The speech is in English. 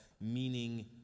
meaning